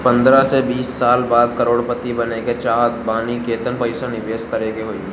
पंद्रह से बीस साल बाद करोड़ पति बने के चाहता बानी केतना पइसा निवेस करे के होई?